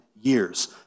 years